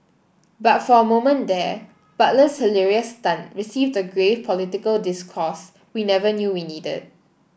but for a moment there Butler's hilarious stunt received a grave political discourse we never knew we needed